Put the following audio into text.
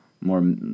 more